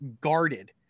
guarded